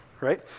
right